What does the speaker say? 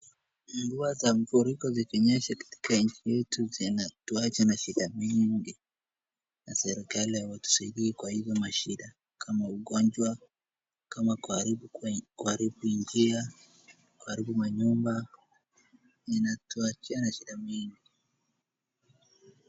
Mvua za mafuriko zikinyesha katika nchi yetu zinatuacha na shida nyingi, na serikali hawatusaidii kwa hizo mashida kama ugonjwa, kama kuaribu njia kuaribu manyumba, inatuacha na mashida nyingi.